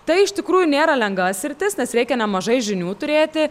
tai iš tikrųjų nėra lengva sritis nes reikia nemažai žinių turėti